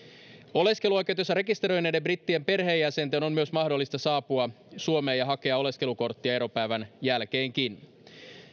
oleskeluoikeutensa rekisteröineiden brittien perheenjäsenten on myös mahdollista saapua suomeen ja hakea oleskelukorttia eropäivän jälkeenkin